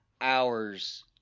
hours